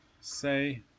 Say